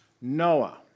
Noah